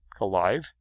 alive